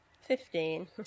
fifteen